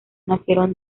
nacieron